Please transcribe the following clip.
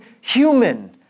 human